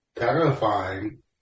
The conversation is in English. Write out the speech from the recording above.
Terrifying